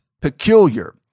Peculiar